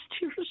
tears